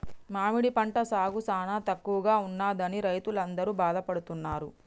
మామిడి పంట సాగు సానా తక్కువగా ఉన్నదని రైతులందరూ బాధపడుతున్నారు